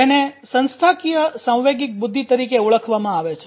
જેને સંસ્થાકીય સાંવેગિક બુદ્ધિ તરીકે ઓળખવામાં આવે છે